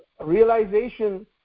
realization